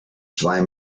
zwei